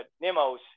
Nemo's